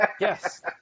yes